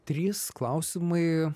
trys klausimai